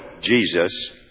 Jesus